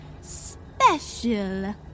special